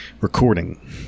recording